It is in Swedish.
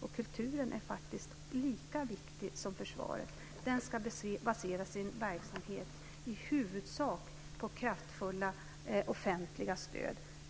och kulturen är faktiskt lika viktig som försvaret. Den ska basera sin verksamhet i huvudsak på kraftfulla offentliga stöd.